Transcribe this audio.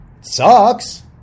Sucks